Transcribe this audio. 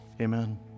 Amen